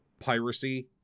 piracy